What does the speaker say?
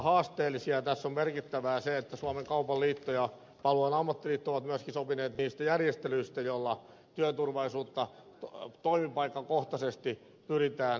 tässä on merkittävää se että suomen kaupan liitto ja palvelualojen ammattiliitto ovat myöskin sopineet niistä järjestelyistä joilla työturvallisuutta toimipaikkakohtaisesti pyritään parantamaan